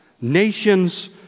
nations